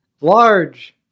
Large